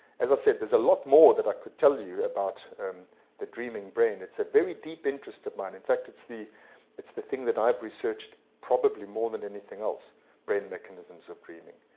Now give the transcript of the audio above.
as i said, there's a lot more that i could tell you about the dreaming brain it's a very deep interest of mine. in fact, it's the it's the thing that i've researched probably more than anything else brain mechanisms of dreaming.